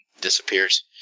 disappears